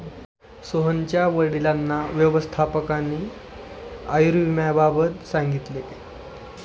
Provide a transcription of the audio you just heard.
सोहनच्या वडिलांना व्यवस्थापकाने आयुर्विम्याबाबत सांगितले